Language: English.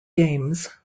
games